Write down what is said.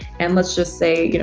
and let's just say, you know